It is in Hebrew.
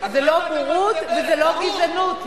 זה לא בורות וזה לא גזענות,